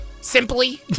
Simply